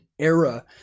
era